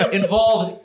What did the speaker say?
involves